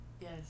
Yes